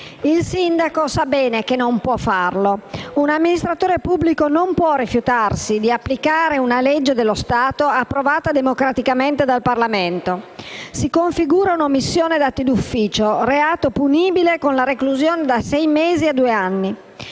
Il sindaco sa bene che non può farlo: un amministratore pubblico non può rifiutarsi di applicare una legge dello Stato approvata democraticamente dal Parlamento. Si configura un'omissione d'atti d'ufficio, reato punibile con la reclusione da sei mesi a due anni.